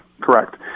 correct